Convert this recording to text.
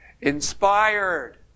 inspired